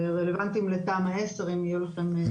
שרלוונטיים לתמ"א 10 אם יהיו לכם שאלות.